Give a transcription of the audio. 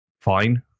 fine